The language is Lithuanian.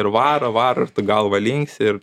ir varo varo ir tu galva linksi ir